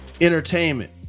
entertainment